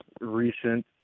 recent